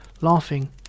laughing